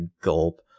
gulp